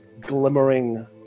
glimmering